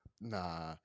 Nah